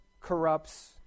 corrupts